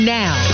now